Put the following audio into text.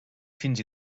fins